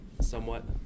somewhat